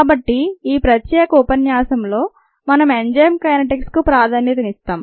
కాబట్టి ఈ ప్రత్యేక ఉపన్యాసంలో మనం ఎంజైమ్ కైనెటిక్స్కు ప్రాధాన్యతనిస్తాం